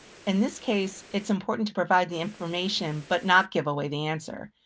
in this case, it's important to provide the information but not give away the answer.